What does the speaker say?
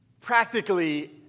practically